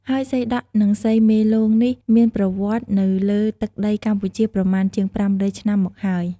ហើយសីដក់ និង សីមេលោងនេះមានប្រវត្តិនៅលើទឹកដីកម្ពុជាប្រមាណជាង ៥០០ឆ្នាំមកហើយ ។